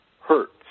hurts